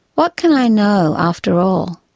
what can i know, after all,